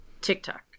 TikTok